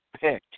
Picked